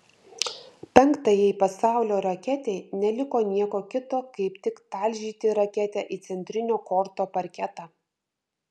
penktajai pasaulio raketei neliko nieko kito kaip tik talžyti raketę į centrinio korto parketą